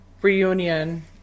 reunion